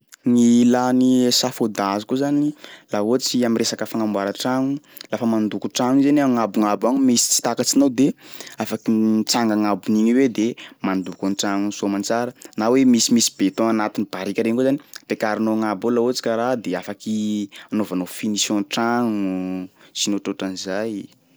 Ny ilà ny échafaudage koa zany, laha ohatry am'resaka fagnamboara tragno lafa mandoko tragno i zany agnambognambo agny misy tsy takatsinao de afaky mitsanga agnambon'igny eo e de mandoko ny tragnony soa aman-tsara na hoe misimisy beton anatin'ny barika regny koa zany ampiakarinao agnambo eo laha ohatsy ka raha de afaky anaovanao finition tragno sy ny ohatrohatran'zay.